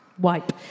Wipe